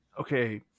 Okay